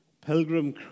Pilgrim